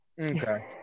Okay